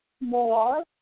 more